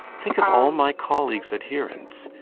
think of all my colleague's adherents!